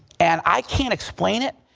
and i can't explain it.